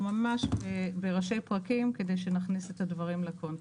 ממש בראשי פרקים כדי שנכניס את הדברים לקונטקסט.